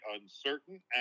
uncertain